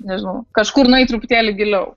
nežinau kažkur nueit truputėlį giliau